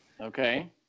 okay